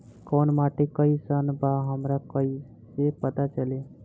कोउन माटी कई सन बा हमरा कई से पता चली?